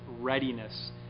readiness